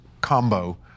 combo